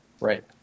Right